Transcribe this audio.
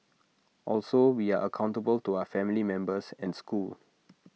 also we are accountable to our family members and school